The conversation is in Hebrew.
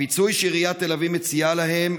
הפיצוי שעיריית תל אביב מציעה להם,